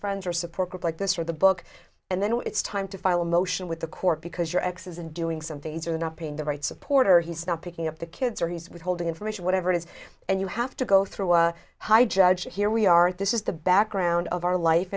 friends or a support group like this or the book and then when it's time to file a motion with the court because your ex's and doing some things are not paying the right support or he's not picking up the kids or he's withholding information whatever it is and you have to go through a high judge here we aren't this is the background of our life